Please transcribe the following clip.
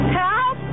Help